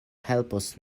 helpos